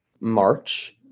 March